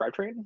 drivetrain